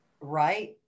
Right